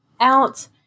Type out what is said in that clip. out